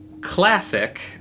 classic